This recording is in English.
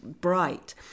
bright